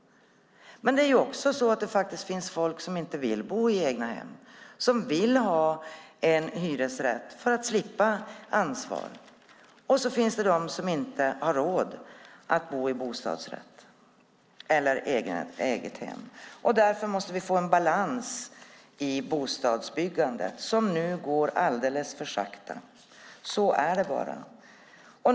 Men det finns också folk som inte vill bo i egna hem, som vill ha en hyresrätt för att slippa ansvar. Och så finns det de som inte har råd att bo i bostadsrätt eller eget hem. Därför måste vi få en balans i bostadsbyggandet, som nu går alldeles för sakta - så är det bara.